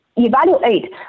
evaluate